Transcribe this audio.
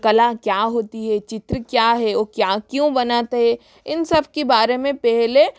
कला क्या होती है चित्र क्या है वह क्या क्यों बनाता है इन सबके बारे में पहले